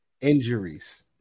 Injuries